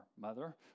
mother